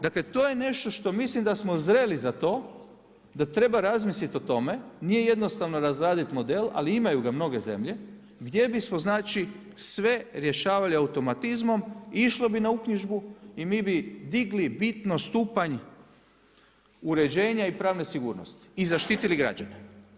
Dakle, to je nešto što mislim da smo zreli za to, da treba razmisliti o tome, nije jednostavno razraditi model, ali imaju ga mnoge zemlje gdje bismo znači, sve rješavali automatizmom, išlo bi na uknjižbu i mi bi digli bitno stupanj uređenja i pravne sigurnosti i zaštitili građane.